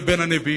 לבין הנביאים,